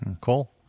cool